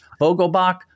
Vogelbach